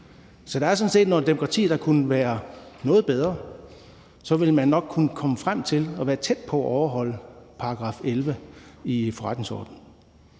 Så der er sådan set noget demokrati, der kunne være noget bedre. Så ville man nok kunne komme frem til at være tæt på at overholde § 11 i forretningsordenen.